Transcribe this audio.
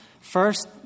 First